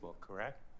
correct